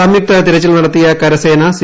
സംയുക്തിതിരച്ചിൽ നടത്തിയ കരസേന സി